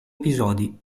episodi